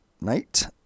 night